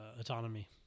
autonomy